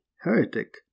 heretic